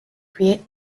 create